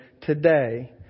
today